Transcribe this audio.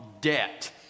Debt